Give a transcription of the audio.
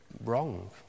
wrong